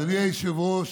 אדוני היושב-ראש,